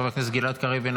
חבר הכנסת הכנסת גלעד קריב,